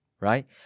right